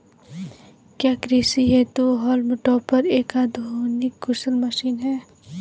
क्या कृषि हेतु हॉल्म टॉपर एक आधुनिक कुशल मशीन है?